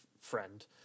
friend